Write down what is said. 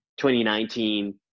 2019